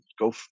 go